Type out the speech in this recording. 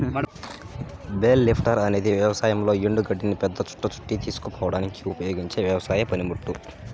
bale lifter అనేది వ్యవసాయంలో ఎండు గడ్డిని పెద్ద చుట్ట చుట్టి తీసుకుపోవడానికి ఉపయోగించే వ్యవసాయ పనిముట్టు